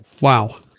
Wow